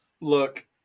Look